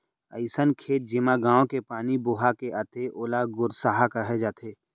अइसन खेत जेमा गॉंव के पानी बोहा के आथे ओला गोरसहा कहे जाथे